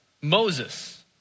Moses